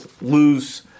lose